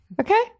Okay